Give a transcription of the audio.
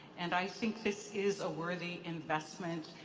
and i think this is a worthy investment,